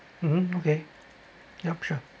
mmhmm okay yup sure